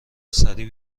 سریع